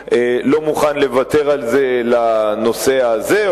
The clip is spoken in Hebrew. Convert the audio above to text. אני לא מוכן לוותר על זה לנושא הזה,